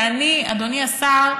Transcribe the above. ואני, אדוני השר,